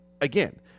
again